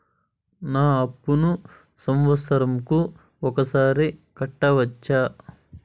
నా అప్పును సంవత్సరంకు ఒకసారి కట్టవచ్చా?